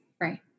right